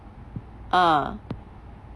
uh